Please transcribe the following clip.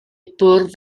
bwrdd